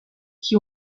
qui